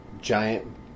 giant